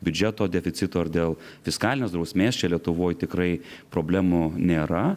biudžeto deficito ar dėl fiskalinės drausmės čia lietuvoj tikrai problemų nėra